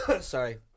sorry